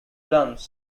drums